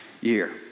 year